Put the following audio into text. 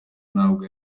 ntabwo